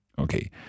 Okay